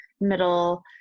middle